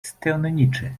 stronniczy